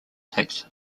tax